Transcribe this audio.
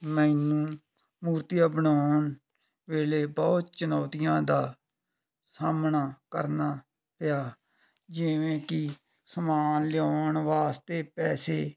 ਮੈਨੂੰ ਮੂਰਤੀਆਂ ਬਣਾਉਣ ਵੇਲੇ ਬਹੁਤ ਚੁਣੌਤੀਆਂ ਦਾ ਸਾਹਮਣਾ ਕਰਨਾ ਪਿਆ ਜਿਵੇਂ ਕਿ ਸਮਾਨ ਲਿਆਉਣ ਵਾਸਤੇ ਪੈਸੇ